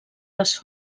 les